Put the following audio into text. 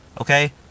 Okay